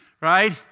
right